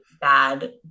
bad